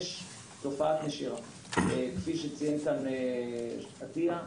יש תופעת נשירה כפי שציין כאן עטיה.